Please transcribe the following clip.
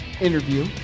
interview